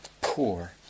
poor